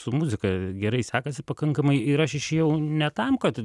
su muzika gerai sekasi pakankamai ir aš išėjau ne tam kad